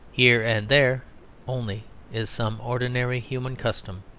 here and there only is some ordinary human custom,